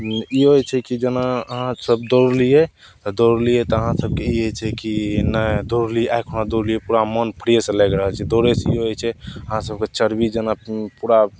ई होइ छै कि जेना अहाँसब दौड़लियै तऽ दौड़लियै तऽ अहाँसबके ई होइ छै की नहि दौड़लियै आइ कहाँ दौड़लियै पूरा मोन फ्रेश लागि रहल छै दौड़यसँ ई होइ छै अहाँ सबके चर्बी जेना पूरा